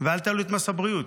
ואל תעלו את מס הבריאות.